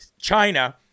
China